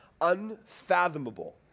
Unfathomable